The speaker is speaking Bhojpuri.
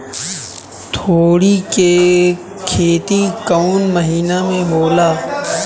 तोड़ी के खेती कउन महीना में होला?